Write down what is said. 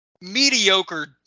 mediocre